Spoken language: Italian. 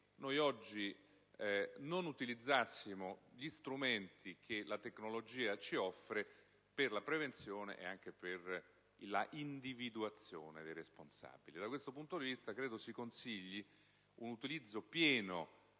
noi oggi non utilizzassimo gli strumenti che la tecnologia ci offre per la prevenzione e anche per l'individuazione dei responsabili. Da questo punto di vista, credo si consigli un utilizzo pieno